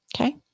Okay